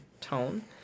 tone